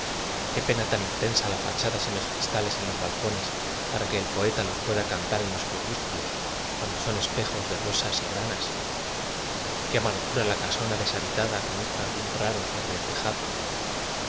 qué pena tan intensa la fachada sin los cristales en los balcones para que el poeta los pueda cantar en los crepúsculos cuando son espejos de rosas y granas qué amargura la casona des habitada con un jardín raro sobre el tejado